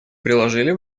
приложили